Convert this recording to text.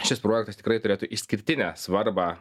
šis projektas tikrai turėtų išskirtinę svarbą